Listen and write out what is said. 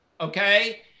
okay